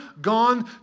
gone